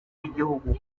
y’igihugu